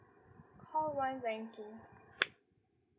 call one banking